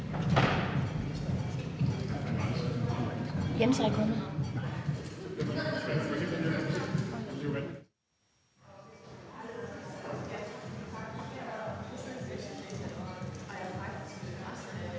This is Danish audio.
hvad er det,